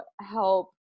help